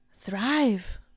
thrive